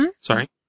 Sorry